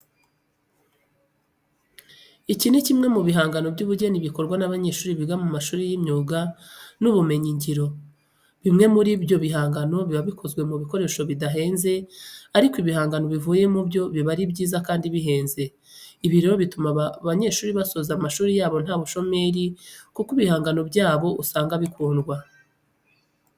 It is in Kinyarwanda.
Iki ni kimwe mu bihangano by'ubugeni bikorwa n'abanyeshuri biga mu mashuri y'imyuga n'Ubumenyingiro. Bimwe muri ibyo bihangano biba bikozwe mu bikoresho bidahenze ariko ibihangano bivuyemo byo biba ari byiza kandi bihenze. Ibi rero bituma aba banyeshuri basoza amashuri yabo nta bushomeri kuko ibihangano byabo usanga bikundwa.